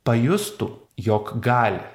pajustų jog gali